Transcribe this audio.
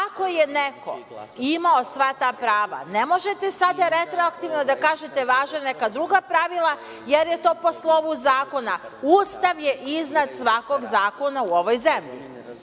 Ako je neko imao sva ta prava, ne možete sada retroaktivno da kažete da važe neka druga pravila, jer je to po slovu zakona. Ustav je iznad svakog zakona u ovoj zemlji. Sada